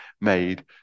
made